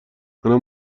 منم